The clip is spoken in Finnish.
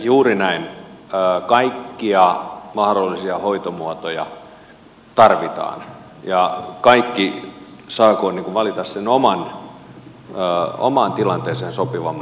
juuri näin kaikkia mahdollisia hoitomuotoja tarvitaan ja kaikki saakoot valita sen omaan tilanteeseen sopivan mallin näinhän se menee